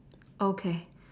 okay